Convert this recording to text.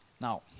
Now